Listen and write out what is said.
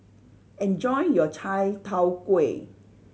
enjoy your chai tow kway